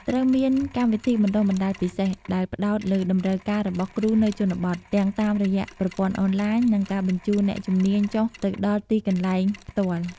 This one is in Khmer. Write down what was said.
ត្រូវមាន កម្មវិធីបណ្តុះបណ្តាលពិសេស ដែលផ្តោតលើតម្រូវការរបស់គ្រូនៅជនបទ ទាំងតាមរយៈប្រព័ន្ធអនឡាញ និងការបញ្ជូនអ្នកជំនាញចុះទៅដល់ទីកន្លែងផ្ទាល់។